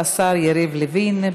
השר יריב לוין,